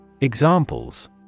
Examples